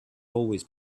always